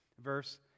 verse